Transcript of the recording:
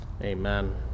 amen